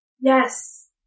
yes